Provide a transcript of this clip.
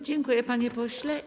Dziękuję, panie pośle.